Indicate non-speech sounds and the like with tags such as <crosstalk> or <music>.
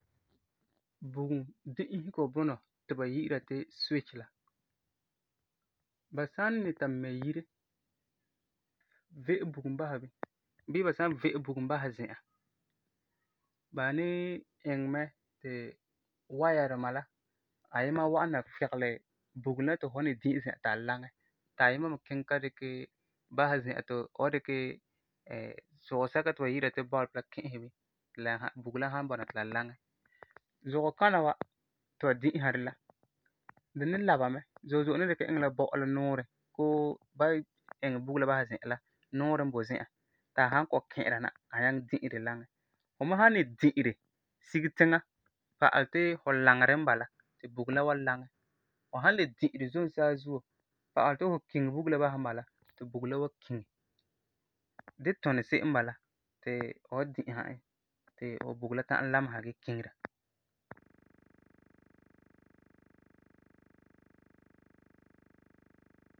Bugum di'isego bunɔ ti ba yi'ira ti switch la, ba san ni ta mɛ yire, ve'e bugum basɛ bini bii ba san ve'e bugum basɛ zi'an, ba ni iŋɛ mɛ ti waya duma la ayima wa'am na figelɛ bugum la ti fu ni di'e zi'an la ti a laŋɛ, ti ayima me kiŋɛ ta dikɛ basɛ zi'an ti fu wan dikɛ <hesitation> zugɔ sɛka ti ba yi'ira ti bɔlepi la ki'isɛ bini, ti bugum la san bɔna ti la laŋɛ. Zugɔ kana wa ti ba ti'isera di la, di ni laba mɛ, zo'e zo'e ni dikɛ iŋɛ la bɔ'ɔ la nuuren koo ba iŋɛ bugum la basɛ zi'an nuuren boi zi'an ti a san kɔ'ɔm ki'ira na, a nyaŋɛ di'e di laŋɛ, fu me san di'e di sige tiŋa, pa'alɛ ti fu laŋɛ di basɛ mɛ bala, ti bugum la wan laŋɛ, fu san le di'e di zom saazuo pa'alɛ ti fu kiŋe bugum la basɛ mɛ bala, ti bugum la wan kiŋe. Di tuni se'em n bala ti fu wan di'isera e ti bugum la ta'am lamesa gee kiisera.